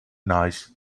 nice